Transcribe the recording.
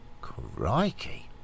Crikey